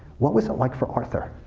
what was it like for arthur?